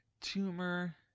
Tumor